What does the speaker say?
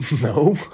no